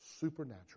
supernatural